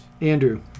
Andrew